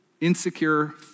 insecure